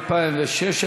תנועה.